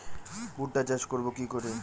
ভুট্টা চাষ করব কি করে?